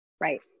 right